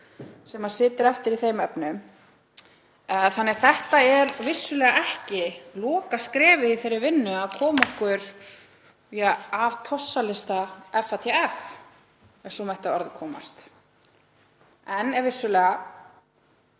sem situr eftir í þeim efnum. Þannig að þetta er ekki lokaskrefið í þeirri vinnu að koma okkur af tossalista FATF, ef svo mætti að orði komast, en vissulega